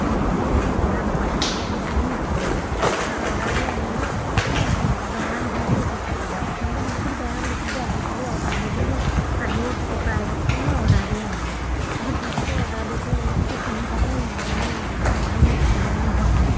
পিন্ধিবলৈ ইমান বেয়া নহয় তাৰমানে ধুনীয়া পিন্ধিবলৈ অৰ্ডাৰ দি আনিলে বেয়া নহয় দেই বস্তুবিলাক প্ৰথমতে ভাবিছিলোঁ বেয়া বুলি কিন্তু আজিকালি অৰ্ডাৰ দি দি মই আনিয়ে থাকোঁ প্ৰায় বস্তু মই অৰ্ডাৰ দিয়ে আনোঁ বহুত বস্তু অৰ্ডাৰ দি দি আনি থাকোঁ পিন্ধি থাকোঁ মানে ভালেই পাওঁ বেয়া নহয় আৰু